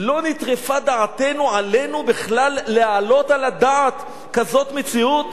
לא נטרפה דעתנו עלינו בכלל להעלות על הדעת כזאת מציאות?